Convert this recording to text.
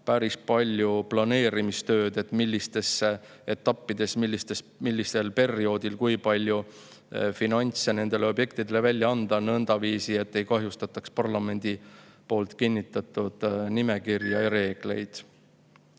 päris palju planeerimistööd, millistes etappides, millisel perioodil kui palju finantse nendele objektidele välja anda nõndaviisi, et ei [rikutaks] parlamendi kinnitatud nimekirja ja reegleid.